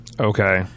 Okay